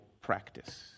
practice